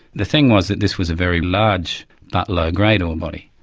the thing was, that this was a very large but low-grade ore body.